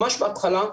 ממש בהתחלה,